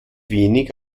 wenig